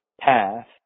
path